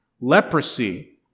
leprosy